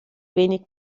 wenig